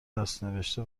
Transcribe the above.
دستنوشته